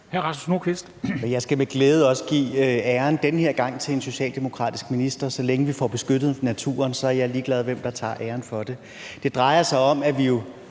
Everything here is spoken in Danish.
Jeg skal med glæde også den her gang give æren til en socialdemokratisk minister. Så længe vi får beskyttet naturen, er jeg ligeglad med, hvem der tager æren for det. Det drejer sig om, at vi jo